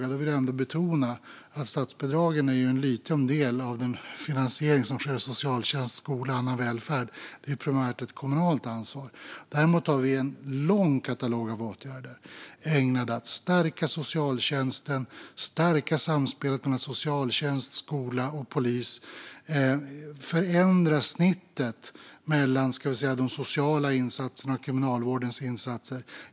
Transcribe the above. Men jag vill ändå betona att statsbidragen är en liten del av den finansiering som sker av socialtjänst, skola och annan välfärd. Det är primärt ett kommunalt ansvar. Däremot har vi en lång katalog av åtgärder ägnade åt att stärka socialtjänsten och stärka samspelet mellan socialtjänst, skola och polis. Det handlar om att förändra snittet mellan de sociala insatserna och Kriminalvårdens insatser.